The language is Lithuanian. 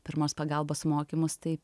pirmos pagalbos mokymus tai